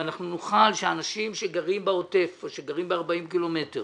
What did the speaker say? והאנשים שגרים בעוטף או שגרים ב-40 קילומטרים